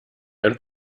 ein